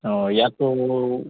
অঁ ইয়াতো